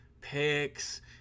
picks